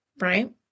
right